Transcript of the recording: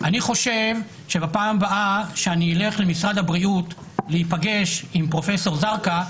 אני חושב שבפעם הבאה שאני אלך למשרד הבריאות להיפגש עם פרופ' זרקא,